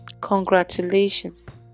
congratulations